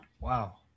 wow